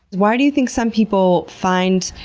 why do you think some people find,